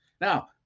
Now